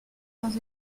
dans